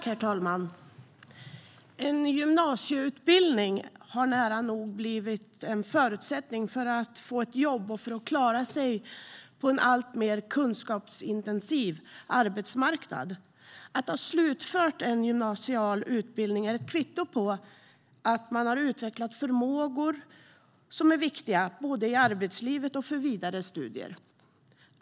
Herr talman! En gymnasieutbildning har nära nog blivit en förutsättning för att få ett jobb och för att klara sig på en alltmer kunskapsintensiv arbetsmarknad. Att ha slutfört en gymnasial utbildning är ett kvitto på att man har utvecklat förmågor som är viktiga både i arbetslivet och för vidare studier.